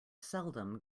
seldom